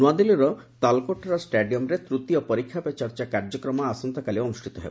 ନୃଆଦିଲ୍ଲୀର ତାଲକୋଟରା ଷ୍ଟାଡିୟମ୍ରେ ତୃତୀୟ ପରୀକ୍ଷା ପେ ଚର୍ଚ୍ଚା କାର୍ଯ୍ୟକ୍ରମ ଆସନ୍ତାକାଲି ଅନୁଷ୍ଠିତ ହେବ